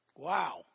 Wow